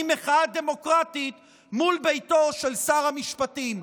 מחאה דמוקרטית מול ביתו של שר המשפטים.